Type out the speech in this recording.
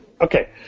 Okay